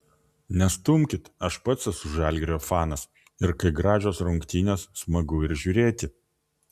nestumkit aš pats esu žalgirio fanas ir kai gražios rungtynės smagu ir žiūrėti